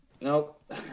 Nope